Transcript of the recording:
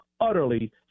utterly